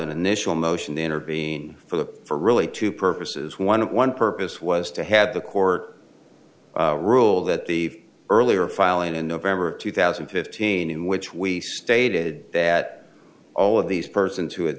initial motion to intervene for the for really two purposes one of one purpose was to have the court rule that the earlier filing in november of two thousand and fifteen in which we stated that all of these persons who had